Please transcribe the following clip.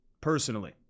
personally